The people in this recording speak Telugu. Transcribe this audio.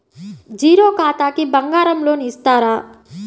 జీరో ఖాతాకి బంగారం లోన్ ఇస్తారా?